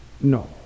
No